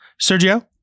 Sergio